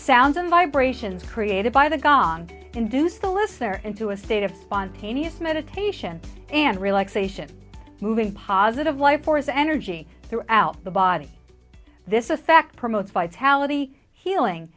sounds and vibrations created by the gong induce the listener and to a state of spontaneous meditation and relaxation moving positive life force energy throughout the body this effect promotes vitality healing